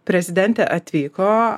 prezidentė atvyko